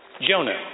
Jonah